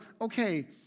okay